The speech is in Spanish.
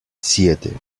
siete